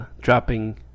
dropping